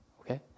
okay